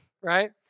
Right